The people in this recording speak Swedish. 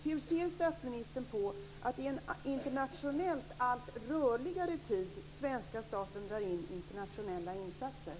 Hur ser statsministern på att svenska staten i en internationellt allt rörligare tid drar in internationella insatser?